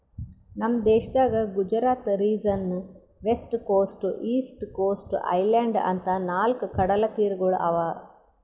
ನಮ್ ದೇಶದಾಗ್ Gujarat region, west coast, east coast, island ಅಂತಾ ನಾಲ್ಕ್ ಕಡಲತೀರಗೊಳ್ ಅವಾ